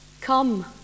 Come